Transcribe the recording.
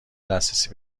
دسترسی